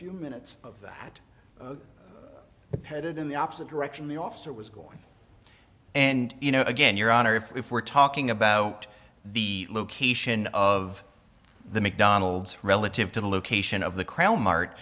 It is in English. few minutes of that headed in the opposite direction the officer was going and you know again your honor if we're talking about the location of the mcdonald's relative to the location of the krell mart